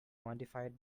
quantified